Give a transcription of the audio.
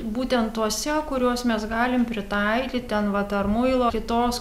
būtent tuose kuriuos mes galim pritaikyti ten vat ar muilo kitos